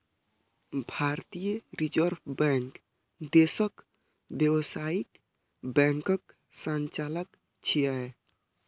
भारतीय reserve bank देशक व्यावसायिक बैंकक संचालक छियै